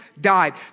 died